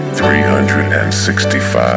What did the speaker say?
365